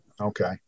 Okay